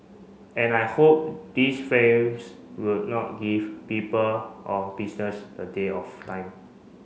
and I hope these friends will not give people or business the day of time